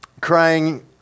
crying